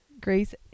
Grace